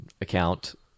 account